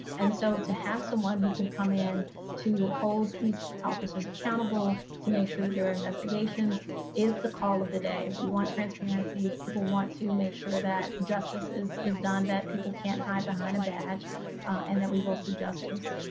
and so, to have someone who can come in to hold these officers accountable, to make sure that their investigations is the call of the day. we want transparency, people want to make sure that the justice is is done, that people can't hide behind a badge and that we will see justice.